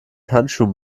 handschuhen